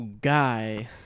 Guy